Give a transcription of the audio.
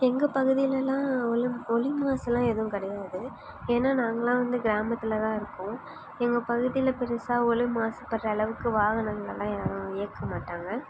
எங்கள் பகுதிலெலாம் ஒளி ஒளி மாசெல்லாம் எதுவும் கிடையாது ஏன்னால் நாங்களெலாம் வந்து கிராமத்தில் தான் இருக்கோம் எங்கள் பகுதியில் பெரிசா ஒளி மாசுபடுற அளவுக்கு வாகனங்களெலாம் யாரும் இயக்க மாட்டாங்க